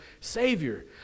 Savior